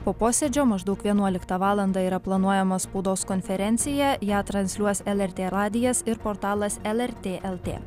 po posėdžio maždaug vienuoliktą valandą yra planuojama spaudos konferenciją ją transliuos lrt radijas ir portalas lrt lt